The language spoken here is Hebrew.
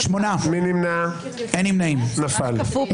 נפל.